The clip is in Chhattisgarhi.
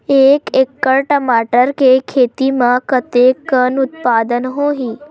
एक एकड़ टमाटर के खेती म कतेकन उत्पादन होही?